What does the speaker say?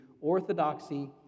Orthodoxy